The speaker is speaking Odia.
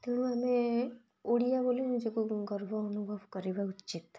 ତେଣୁ ଆମେ ଓଡ଼ିଆ ବୋଲି ନିଜକୁ ଗର୍ବ ଅନୁଭବ କରିବା ଉଚିତ୍